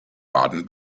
baden